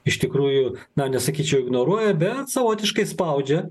iš tikrųjų na nesakyčiau ignoruoja bet savotiškai spaudžia